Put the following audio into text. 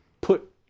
put